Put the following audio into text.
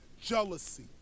jealousy